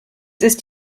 ist